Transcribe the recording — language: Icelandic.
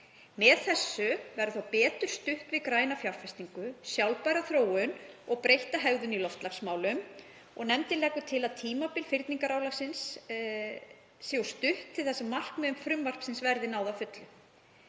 Með þessu verður betur stutt við græna fjárfestingu, sjálfbæra þróun og breytta hegðun í loftslagsmálum. Nefndin telur að tímabil fyrningarálagsins sé of stutt til þess að markmiðum frumvarpsins verði náð að fullu.